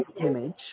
image